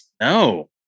No